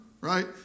right